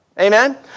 Amen